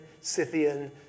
Scythian